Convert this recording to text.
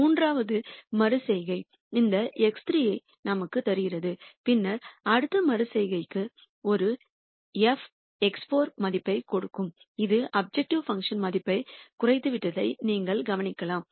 மூன்றாவது மறு செய்கை இந்த x3 ஐ நமக்குத் தருகிறது பின்னர் அடுத்த மறு செய்கை உங்களுக்கு ஒரு f x4 மதிப்பைக் கொடுக்கும் இது அப்ஜெக்டிவ் பங்க்ஷன் மதிப்பு குறைந்துவிட்டதை நீங்கள் கவனிக்கலாம்